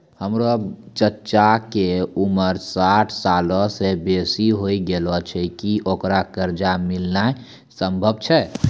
हमरो चच्चा के उमर साठ सालो से बेसी होय गेलो छै, कि ओकरा कर्जा मिलनाय सम्भव छै?